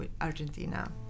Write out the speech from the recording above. Argentina